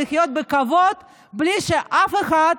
בלי שאף אחד,